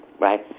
right